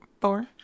four